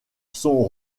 sont